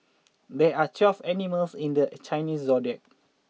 there are twelve animals in the Chinese zodiac